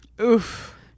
Oof